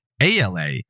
ALA